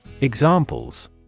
Examples